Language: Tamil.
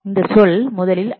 இந்த சொல் முதலில் ஐ